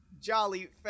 jolly